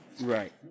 Right